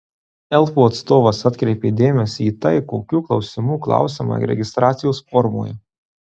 elfų atstovas atkreipė dėmesį į tai kokių klausimų klausiama registracijos formoje